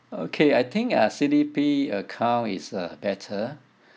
okay I think uh C_D_P account is uh better